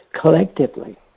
collectively